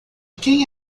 quem